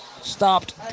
Stopped